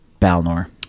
balnor